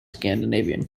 scandinavian